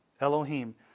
Elohim